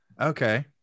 okay